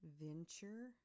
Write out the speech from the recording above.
Venture